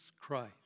Christ